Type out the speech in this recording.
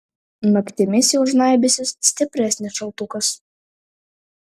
naktimis jau žnaibysis stipresnis šaltukas